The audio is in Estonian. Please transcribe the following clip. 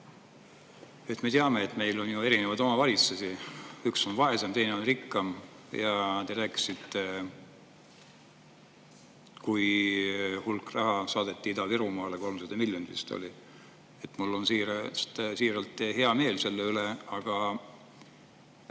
Me teame, et meil on erinevaid omavalitsusi, üks on vaesem, teine on rikkam. Te rääkisite, kui suur hulk raha saadeti Ida-Virumaale, 300 miljonit vist oli. Mul on siiralt hea meel selle üle. Aga,